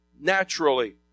Naturally